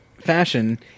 fashion